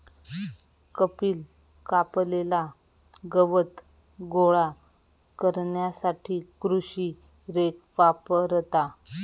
कपिल कापलेला गवत गोळा करण्यासाठी कृषी रेक वापरता